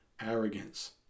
arrogance